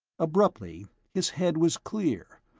abruptly his head was clear,